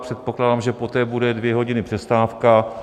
Předpokládám, že poté bude dvě hodiny přestávka.